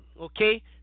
okay